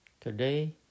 today